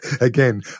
Again